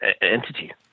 entity